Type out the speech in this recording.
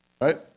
right